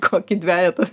kokį dvejetą